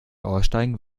aussteigen